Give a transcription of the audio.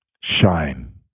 shine